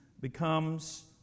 becomes